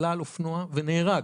הוא עלה על אופנוע והוא נהרג.